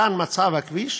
כאן מצב הכביש